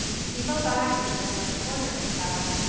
he fell back into his own corner of the cab,